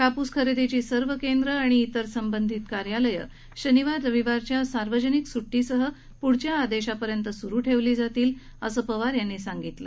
कापूस खरेदीची सर्व केंद्रं आणि इतर संबंधित कार्यालयं शनिवार रविवारच्या सार्वजनिक सुटीसह पुढच्या आदेशापर्यंत सुरु ठेवली जातील असं पवार यांनी सांगितलं